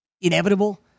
inevitable